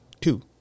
Two